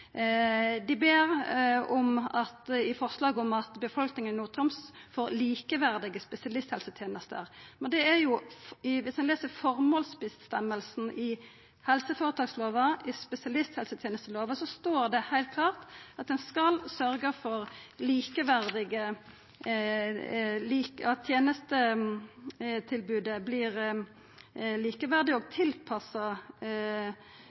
Dei ber i forslaget om at befolkninga i Nord-Troms får likeverdige spesialisthelsetenester. Men viss ein les formålsføresegna i helseføretakslova og i spesialisthelsetenestelova, står det heilt klart at ein skal sørgja for at tenestetilbodet vert likeverdig og